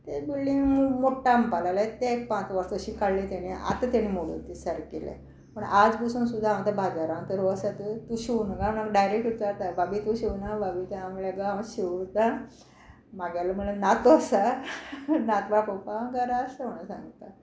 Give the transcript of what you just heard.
ते बिल्डींग मोडटा म्हणपा लागले ते एक पांच वर्सां अशीं काडलीं तेणी आतां तेणी मोडून ती सारकी केल्या पूण आज पसून सुद्दां हांव त्या बाजारांत तर वसत तूं शिंवण गा म्हण म्हाका डायरेक्ट विचारता बाबी तूं शिंवना बाबी तूं हांव म्हळ्ळें आगो हांव शिंवतां म्हागेलो म्हळ्ळें नातू आसा नातवाक पळोवपाक हांव घरा आसा म्हण सांगता